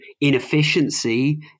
inefficiency